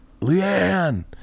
leanne